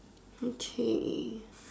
okay